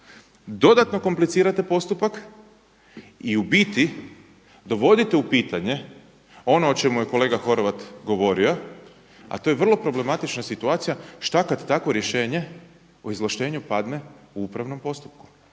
dodatno komplicirate postupak i u biti dovodite u pitanje ono o čemu je kolega Horvat govorio a to je vrlo problematična situacija, što kada takvo rješenje o izvlaštenju padne u upravnom postupku?